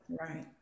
Right